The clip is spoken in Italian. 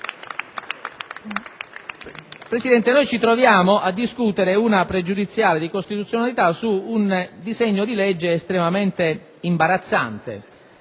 Presidente, ci troviamo a discutere una pregiudiziale di costituzionalità su un disegno di legge estremamente imbarazzante